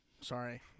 Sorry